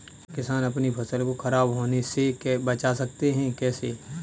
क्या किसान अपनी फसल को खराब होने बचा सकते हैं कैसे?